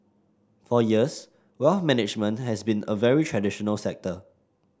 for years wealth management has been a very traditional sector